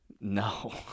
no